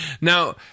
Now